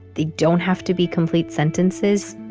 they don't have to be complete sentences.